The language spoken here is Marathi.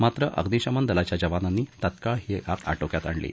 मात्र अग्निश्मन दलाच्या जवानांनी तात्काळ ही आग आटोक्यात आणली